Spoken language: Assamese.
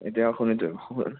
এতিয়া